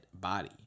body